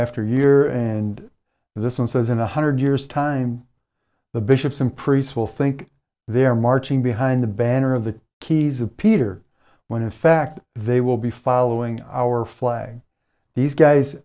after year and this one says in a hundred years time the bishops and priests will think they're marching behind the banner of the keys of peter when in fact they will be following our flag these guys